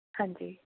ਹਾਂਜੀ